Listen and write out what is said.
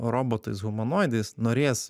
robotais humanoidais norėsim